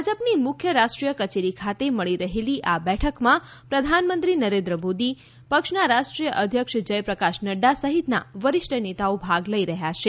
ભાજપની મુખ્ય રાષ્ટ્રીય કચેરી ખાતે મળી રહેલી આ બેઠકમાં પ્રધાનમંત્રી નરેન્દ્ર મોદી પક્ષના રાષ્ટ્રીય અધ્યક્ષ જયપ્રકાશ નફા સહિત વરિષ્ઠ નેતાઓ ભાગ લઇ રહ્યા છે